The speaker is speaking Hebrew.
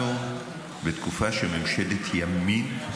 אנחנו בתקופה של ממשלת ימין,